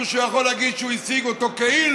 שהוא יכול להגיד שהוא השיג אותו כאילו